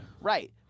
Right